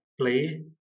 play